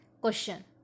Question